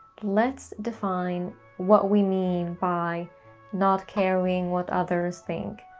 let's define what we mean by not caring what others think,